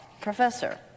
professor